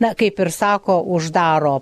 na kaip ir sako uždaro